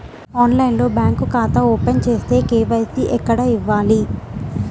ఆన్లైన్లో బ్యాంకు ఖాతా ఓపెన్ చేస్తే, కే.వై.సి ఎక్కడ ఇవ్వాలి?